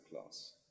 class